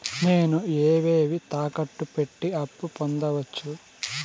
నేను ఏవేవి తాకట్టు పెట్టి అప్పు పొందవచ్చు?